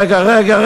רגע,